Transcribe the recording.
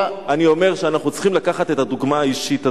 אני אומר שאנחנו צריכים לקחת את הדוגמה האישית הזאת.